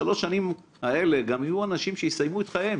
הרי בשלוש שנים האלה גם יהיו אנשים שיסיימו את חייהם,